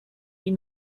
ihn